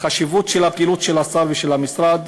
החשיבות של הפעילות של השר ושל המשרד,